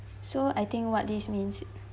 so I think what this means